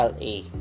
la